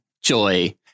Joy